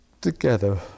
together